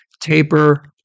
taper